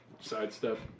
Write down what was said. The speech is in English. sidestep